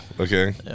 okay